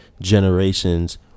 generations